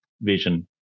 vision